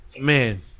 Man